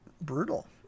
brutal